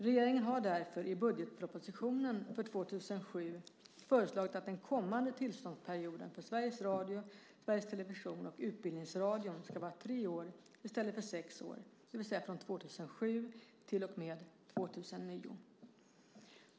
Regeringen har därför i budgetpropositionen för 2007 föreslagit att den kommande tillståndsperioden för SR, SVT och UR ska vara tre år i stället för sex år, det vill säga från och med 2007 till och med 2009.